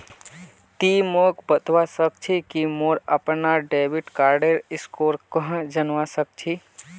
ति मोक बतवा सक छी कि मोर अपनार डेबिट कार्डेर स्कोर कँहे जनवा सक छी